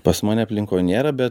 pas mane aplinkoj nėra bet